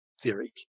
theory